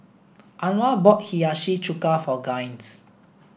Anwar bought Hiyashi chuka for Gaines